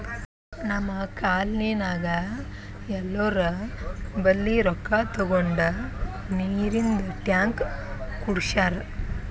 ನಮ್ ಕಾಲ್ನಿನಾಗ್ ಎಲ್ಲೋರ್ ಬಲ್ಲಿ ರೊಕ್ಕಾ ತಗೊಂಡ್ ನೀರಿಂದ್ ಟ್ಯಾಂಕ್ ಕುಡ್ಸ್ಯಾರ್